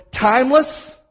timeless